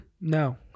no